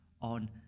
on